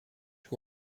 who